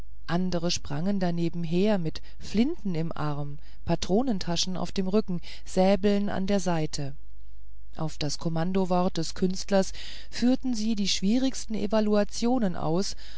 andre sprangen daneben her mit flinten im arm patrontaschen auf dem rücken säbeln an der seite auf das kommandowort des künstlers führten sie die schwierigsten evolutionen aus